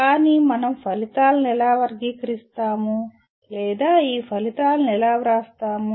కానీ మనం ఫలితాలను ఎలా వర్గీకరిస్తాము లేదా ఈ ఫలితాలను ఎలా వ్రాస్తాము